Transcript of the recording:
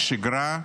שגרה,